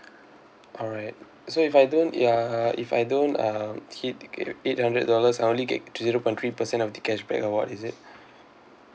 alright so if I don't ya if I don't um hit e~ eight hundred dollars I only get zero point three percent of the cashback or what is it